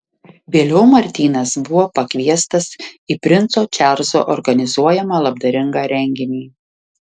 vėliau martynas buvo pakviestas į princo čarlzo organizuojamą labdaringą renginį